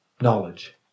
knowledge